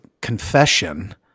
confession